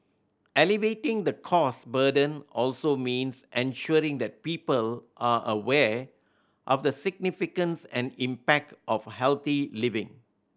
alleviating the cost burden also means ensuring the people are aware of the significance and impact of healthy living